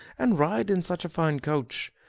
and ride in such a fine coach?